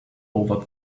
over